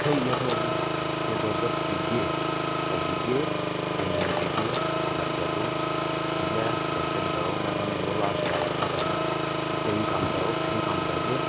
स्हेई गै थ्होग जे दुद्ध पीगे ते जीगे जे नेईं पीगे ते मरी जागे इ'यै गल्त नेईं करो में थुआनू इ'यो लास्ट गल्ल आखना चाह्न्नां कि स्हेई कम्म करो स्हेई कम्म करगे